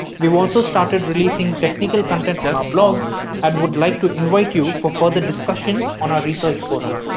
we've also started releasing technical content on our blog and would like to invite you for further discussions on our research forum.